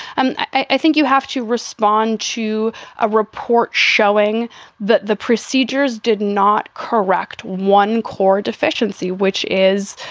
and i think you have to respond to a report showing that the procedures did not correct one core deficiency, which is,